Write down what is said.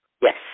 Yes